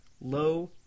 low